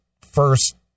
first